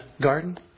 garden